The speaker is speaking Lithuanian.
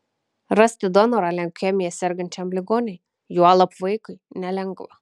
rasti donorą leukemija sergančiam ligoniui juolab vaikui nelengva